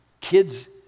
kids